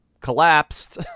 collapsed